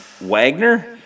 Wagner